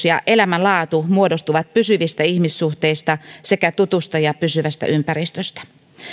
ja elämänlaatu muodostuvat pysyvistä ihmissuhteista sekä tutusta ja pysyvästä ympäristöstä